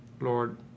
Lord